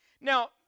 Now